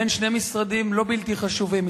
בין שני משרדים לא בלתי חשובים,